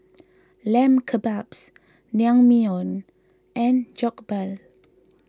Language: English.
Lamb Kebabs Naengmyeon and Jokbal